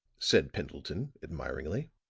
said pendleton, admiringly,